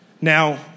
Now